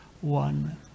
one